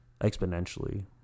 exponentially